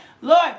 Lord